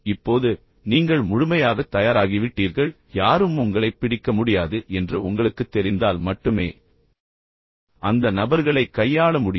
இப்போது நீங்கள் முழுமையாகத் தயாராகிவிட்டீர்கள் யாரும் உங்களைப் பிடிக்க முடியாது என்று உங்களுக்குத் தெரிந்தால் மட்டுமே அந்த நபர்களைக் கையாள முடியும்